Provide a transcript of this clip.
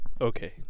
Okay